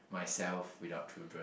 myself without children